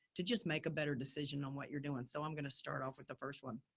to just make a better decision on what you're doing. so i'm going to start off with the first one.